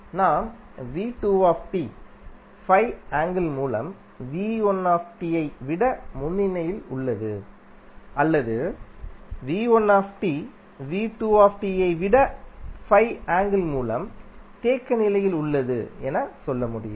நாம் ஆங்கிள் மூலம் யைவிட முன்னணியில் உள்ளதுஅல்லது யைவிட ஆங்கிள் மூலம் தேக்கநிலையில் உள்ளது என சொல்ல முடியும்